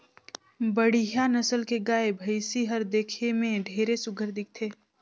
बड़िहा नसल के गाय, भइसी हर देखे में ढेरे सुग्घर दिखथे